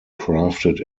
crafted